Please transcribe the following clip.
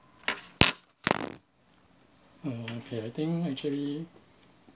mm okay I think actually